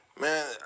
Man